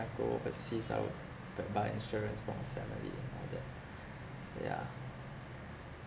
go overseas I would b~ buy insurance for our family and all that yeah